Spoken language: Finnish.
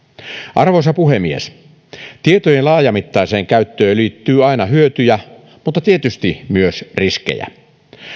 arvoisa puhemies tietojen laajamittaiseen käyttöön liittyy aina hyötyjä mutta tietysti myös riskejä